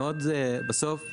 בסוף,